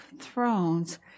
thrones